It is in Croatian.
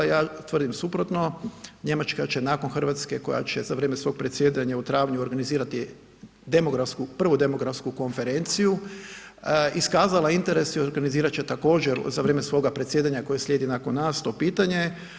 Ja tvrdim suprotno, Njemačka će nakon RH koja će za vrijeme svog predsjedanja u travnju organizirati demografsku, prvu demografsku konferenciju, iskazala je interes i organizirat će također za vrijeme svoga predsjedanja koje slijedi nakon nas to pitanje.